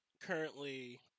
currently